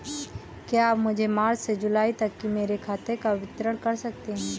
क्या आप मुझे मार्च से जूलाई तक की मेरे खाता का विवरण दिखा सकते हैं?